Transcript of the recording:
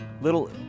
little